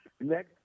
next